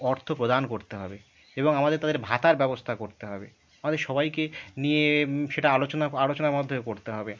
অর্থ প্রদান করতে হবে এবং আমাদের তাদের ভাতার ব্যবস্থা করতে হবে আমাদের সবাইকে নিয়ে সেটা আলোচনা আলোচনা মধ্যে করতে হবে